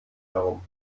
herum